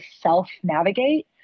self-navigate